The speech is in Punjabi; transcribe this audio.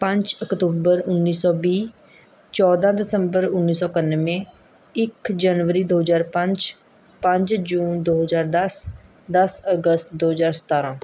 ਪੰਜ ਅਕਤੂਬਰ ਉੱਨੀ ਸੌ ਵੀਹ ਚੌਦ੍ਹਾਂ ਦਸੰਬਰ ਉੱਨੀ ਸੌ ਇਕਾਨਵੇਂ ਇੱਕ ਜਨਵਰੀ ਦੋ ਹਜ਼ਾਰ ਪੰਜ ਪੰਜ ਜੂਨ ਦੋ ਹਜ਼ਾਰ ਦਸ ਦਸ ਅਗਸਤ ਦੋ ਹਜ਼ਾਰ ਸਤਾਰ੍ਹਾਂ